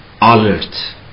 alert